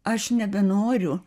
aš nebenoriu